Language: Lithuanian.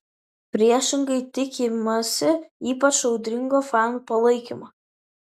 priešingai tikimasi ypač audringo fanų palaikymo